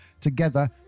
together